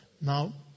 now